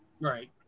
Right